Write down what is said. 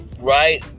right